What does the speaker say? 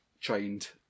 trained